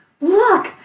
Look